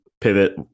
pivot